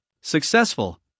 successful